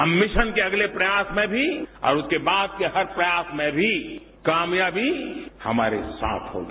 हम मिशन के अगले प्रयास में भी और उसके बाद के हर प्रयास में भी कामयाबी हमारे साथ होगी